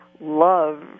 love